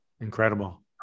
incredible